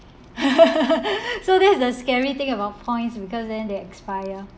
so that's the scary thing about points because then they expire